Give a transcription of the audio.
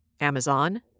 Amazon